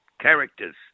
characters